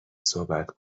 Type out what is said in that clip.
صحبت